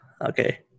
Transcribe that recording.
okay